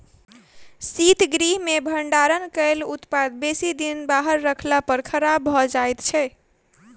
शीतगृह मे भंडारण कयल उत्पाद बेसी दिन बाहर रखला पर खराब भ जाइत छै